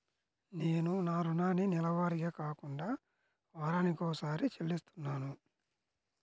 నేను నా రుణాన్ని నెలవారీగా కాకుండా వారానికోసారి చెల్లిస్తున్నాను